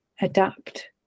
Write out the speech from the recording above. adapt